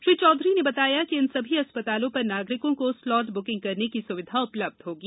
श्री चौधरी ने बताया कि इन सभी अस्पतालों पर नागरिकों को स्लॉट बुकिंग करने की सुविधा उपलब्ध होगी